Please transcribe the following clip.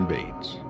Bates